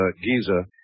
Giza